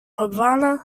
havana